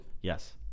Yes